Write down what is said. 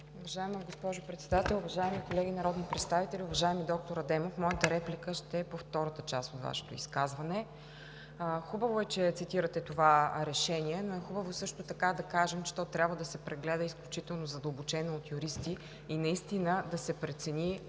Уважаема госпожо Председател, уважаеми колеги народни представители! Уважаеми доктор Адемов, моята реплика ще е по втората част от Вашето изказване. Хубаво е, че цитирате това решение, но е хубаво също така да кажем, че то трябва да се прегледа изключително задълбочено от юристи и да се прецени дали всъщност